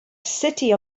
city